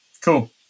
Cool